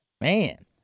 Man